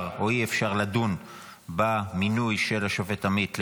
או אי-אפשר לדון במינוי של השופט עמית,